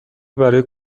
برای